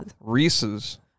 Reese's